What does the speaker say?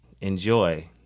Enjoy